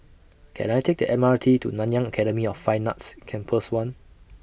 Can I Take The M R T to Nanyang Academy of Fine Arts Campus one